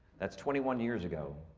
that's twenty one years ago,